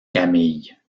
camille